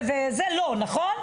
לא, נכון?